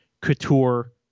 Couture